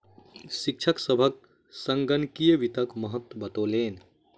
शिक्षक सभ के संगणकीय वित्तक महत्त्व बतौलैन